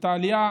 על העלייה